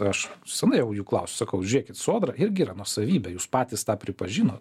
aš senai jau juk sakau žėkit sodra irgi yra nuosavybė jūs patys tą pripažinot